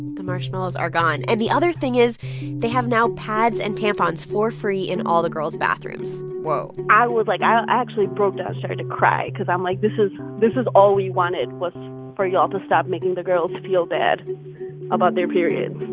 the marshmallows are gone. and the other thing is they have now pads and tampons for free in all the girls' bathrooms whoa i was, like i actually broke down and started to cry because i'm like, this is this is all we wanted was for y'all to stop making the girls feel bad about their periods